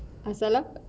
asal lah